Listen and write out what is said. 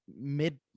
mid